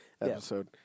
episode